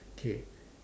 okay